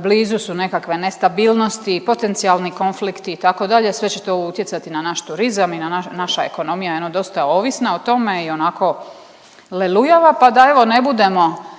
blizu su nekakve nestabilnosti, potencijalni konflikti itd. sve će to utjecat na naš turizam i naša ekonomija je dosta ovisna o tome i onako lelujava pa da evo ne budemo